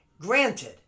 Granted